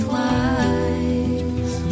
lies